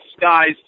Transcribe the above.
guys